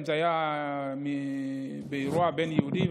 אם זה היה באירוע בין יהודים,